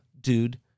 dude